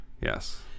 Yes